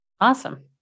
Awesome